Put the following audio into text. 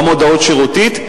גם מודעות שירותית.